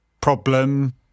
problem